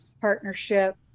partnership